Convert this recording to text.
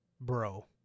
bro